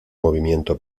movimiento